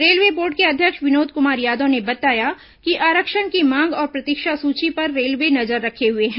railway board के अध्यक्ष विनोद कुमार यादव ने बताया कि आरक्षण की मांग और प्रतीक्षा सूची पर रेलवे नजर रखे हुए है